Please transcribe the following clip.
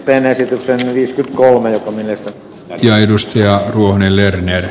perehdytetään siis kolme omineet ja edustajahuoneen löytäminen